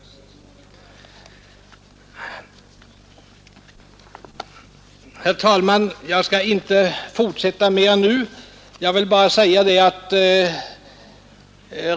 Herr talman!